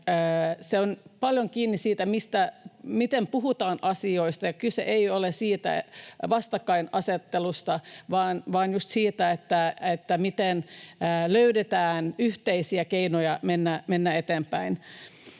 se on paljon kiinni siitä, miten puhutaan asioista, ja kyse ei ole siitä vastakkainasettelusta vaan just siitä, miten löydetään yhteisiä keinoja mennä eteenpäin.